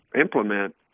implement